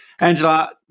Angela